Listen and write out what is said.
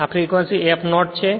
આ frequency f note છે